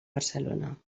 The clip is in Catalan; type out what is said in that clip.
barcelona